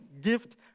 gift